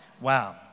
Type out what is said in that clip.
Wow